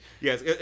Yes